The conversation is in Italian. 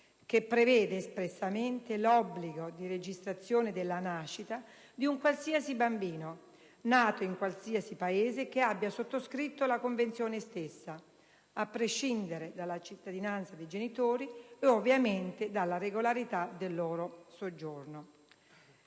che prevede espressamente l'obbligo di registrazione della nascita di qualsiasi bambino nato in qualsiasi Paese che abbia sottoscritto la Convenzione stessa, a prescindere dalla cittadinanza dei genitori e, ovviamente, dalla regolarità del loro soggiorno.